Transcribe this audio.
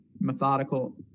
methodical